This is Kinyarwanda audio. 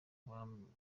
bamwenyura